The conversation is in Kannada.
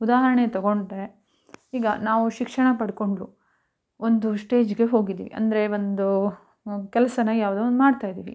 ಉದಾಹರಣೆ ತಗೊಂಡರೆ ಈಗ ನಾವು ಶಿಕ್ಷಣ ಪಡ್ಕೊಂಡರೂ ಒಂದು ಸ್ಟೇಜಿಗೆ ಹೋಗಿದ್ದೀವಿ ಅಂದರೆ ಒಂದು ಕೆಲಸನ ಯಾವುದೋ ಒಂದು ಮಾಡ್ತಾಯಿದ್ದೀವಿ